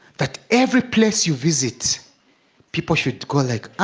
that every place you visit people should call it,